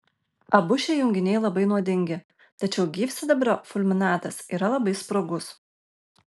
abu šie junginiai labai nuodingi tačiau gyvsidabrio fulminatas yra labai sprogus